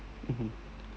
mmhmm